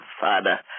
Father